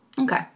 Okay